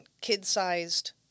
kid-sized